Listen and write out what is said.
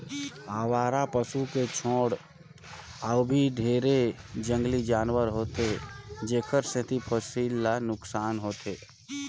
अवारा पसू के छोड़ अउ भी ढेरे जंगली जानवर होथे जेखर सेंथी फसिल ल नुकसान होथे